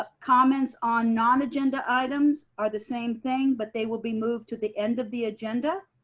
ah comments on non-agenda items are the same thing, but they will be moved to the end of the agenda.